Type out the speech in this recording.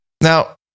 Now